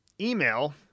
email